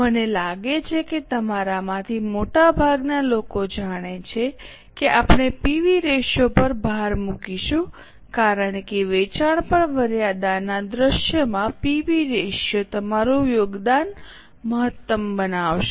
મને લાગે છે કે તમારા માંથી મોટાભાગના લોકો જાણે છે કે આપણે પીવી રેશિયો પર ભાર મુકીશું કારણ કે વેચાણ પર મર્યાદાના દૃશ્યમાં પીવી રેશિયો તમારું યોગદાન મહત્તમ બનાવશે